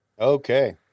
Okay